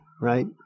right